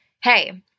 hey